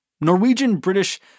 Norwegian-British